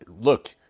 Look